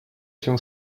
się